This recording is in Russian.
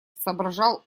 соображал